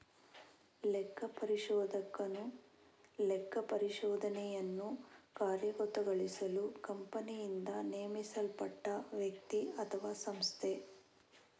ಲೆಕ್ಕಪರಿಶೋಧಕನು ಲೆಕ್ಕಪರಿಶೋಧನೆಯನ್ನು ಕಾರ್ಯಗತಗೊಳಿಸಲು ಕಂಪನಿಯಿಂದ ನೇಮಿಸಲ್ಪಟ್ಟ ವ್ಯಕ್ತಿ ಅಥವಾಸಂಸ್ಥೆ